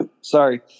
sorry